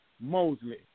Mosley